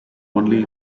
only